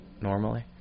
normally